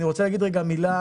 אני רוצה להגיד רגע מילה,